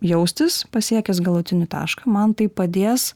jaustis pasiekęs galutinį tašką man tai padės